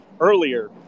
earlier